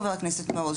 חבר הכנסת מעוז,